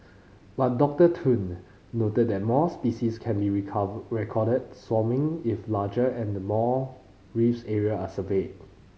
but Doctor Tun noted that more species can be recover recorded if larger and more reef areas are surveyed